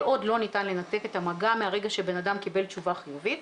כל עוד לא ניתן לנתק את המגע מהרגע שבן אדם קיבל תשובה חיובית,